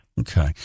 Okay